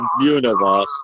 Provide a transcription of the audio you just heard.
universe